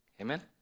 Amen